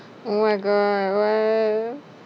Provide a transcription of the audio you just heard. oh my god what